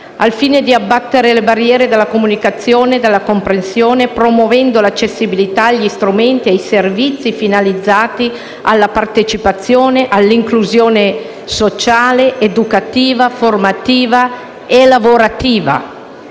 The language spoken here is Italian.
al fine di abbattere le barriere della comunicazione e della comprensione, promuovendo l'accessibilità agli strumenti e ai servizi finalizzati alla partecipazione e all'inclusione sociale, educativa, formativa e lavorativa: